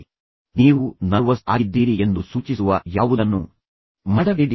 ಏನನ್ನಾದರೂ ಬಹಳ ದೃಢವಾಗಿ ಹಿಡಿದುಕೊಳ್ಳುವುದು ನೀವು ನರ್ವಸ್ ಆಗಿದ್ದೀರಿ ಎಂದು ಸೂಚಿಸುವ ಯಾವುದನ್ನೂ ಹಿಡಿದುಕೊಳ್ಳಬೇಡಿ